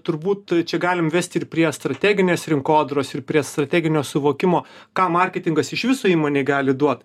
turbūt čia galim vesti ir prie strateginės rinkodaros ir prie strateginio suvokimo ką marketingas iš viso įmonei gali duot